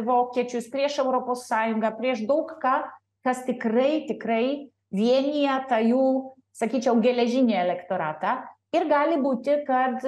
vokiečius prieš europos sąjungą prieš daug ką kas tikrai tikrai vienija tą jų sakyčiau geležinį elektoratą ir gali būti kad